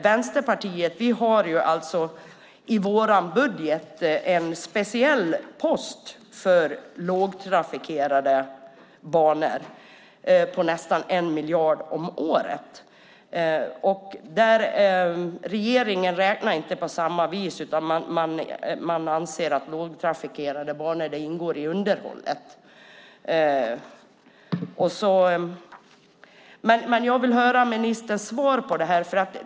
Vänsterpartiet har i sin budget en speciell post på nästan en miljard om året för lågtrafikerade banor. Regeringen räknar inte på samma sätt. Man anser att lågtrafikerade banor ingår i underhållet. Jag vill höra ministerns svar på detta.